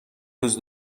روز